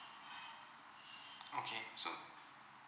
okay so